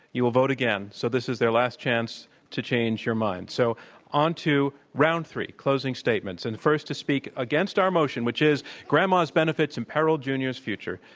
you will vote again. so this is their last chance to change your mind. so onto round three, closing statements. and the first to speak against our motion, which is grandma's benefits imperil junior's future,